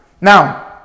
Now